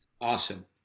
awesome